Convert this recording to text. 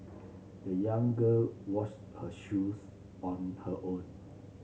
the young girl washed her shoes on her own